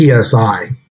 PSI